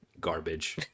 garbage